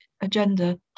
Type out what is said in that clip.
agenda